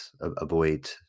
avoid